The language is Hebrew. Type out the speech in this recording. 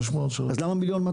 אז למה 1.2 מיליון?